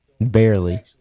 Barely